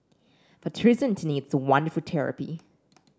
for Theresa Anthony it's a wonderful therapy